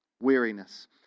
Weariness